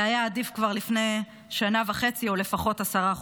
והיה עדיף כבר לפני שנה וחצי או לפחות עשרה חודשים.